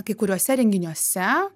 kai kuriuose renginiuose